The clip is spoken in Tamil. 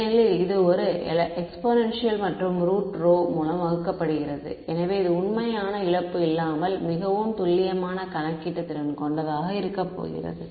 ஏனெனில் இது ஒரு எக்ஸ்போனின்ஷியல் மற்றும் இது ரூட் ரோ மூலம் வகுக்கப்படுகிறது எனவே இது உண்மையான இழப்பு இல்லாமல் மிகவும் துல்லியமான கணக்கீட்டு திறன் கொண்டதாக இருக்கப்போகிறது